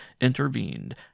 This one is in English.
intervened